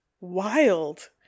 Wild